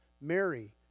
Mary